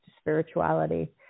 spirituality